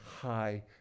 high